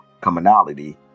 commonality